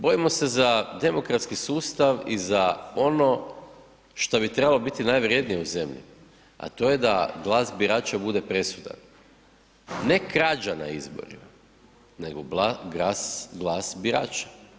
Bojimo se za demokratski sustav i za ono što bi trebalo biti najvrjednije u zemlji, a to je da glas birača bude presudan, ne krađa na izborima nego glas birača.